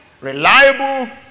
reliable